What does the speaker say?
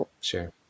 sure